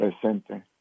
presente